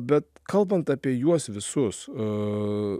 bet kalbant apie juos visus e